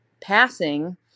passing